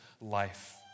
life